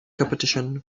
competition